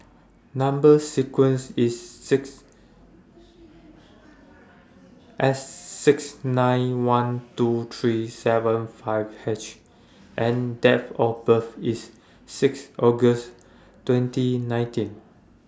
Number sequence IS S six nine one two three seven five H and Date of birth IS six August twenty nineteen